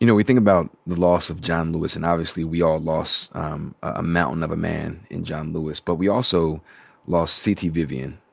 you know we think about the loss of john lewis. and obviously we all lost um a mountain of a man in john lewis. but we also lost c. t. vivian,